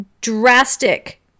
drastic